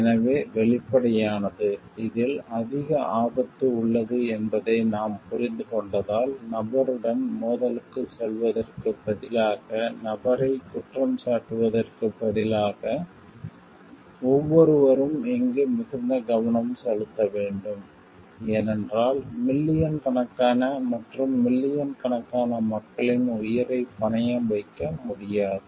எனவே வெளிப்படையானது இதில் அதிக ஆபத்து உள்ளது என்பதை நாம் புரிந்துகொண்டதால் நபருடன் மோதலுக்குச் செல்வதற்குப் பதிலாக நபரைக் குற்றம் சாட்டுவதற்குப் பதிலாக ஒவ்வொருவரும் இங்கு மிகுந்த கவனம் செலுத்த வேண்டும் ஏனென்றால் மில்லியன் கணக்கான மற்றும் மில்லியன் கணக்கான மக்களின் உயிரைப் பணயம் வைக்க முடியாது